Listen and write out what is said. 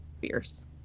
Fierce